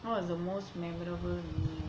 what was the most memorable meal